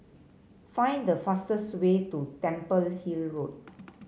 find the fastest way to Temple Hill Road